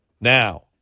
Now